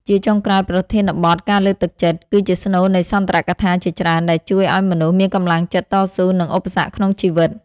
ជាចុងក្រោយ ប្រធានបទ ការលើកទឹកចិត្ត គឺជាស្នូលនៃសន្ទរកថាជាច្រើន ដែលជួយឱ្យមនុស្សមានកម្លាំងចិត្តតស៊ូនឹងឧបសគ្គក្នុងជីវិត។